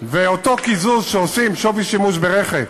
ואותו קיזוז שעושים, שווי שימוש ברכב,